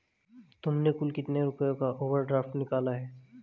तुमने कुल कितने रुपयों का ओवर ड्राफ्ट निकाला है?